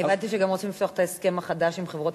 אני הבנתי שגם רוצים לפתוח את ההסכם החדש עם חברת